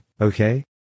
okay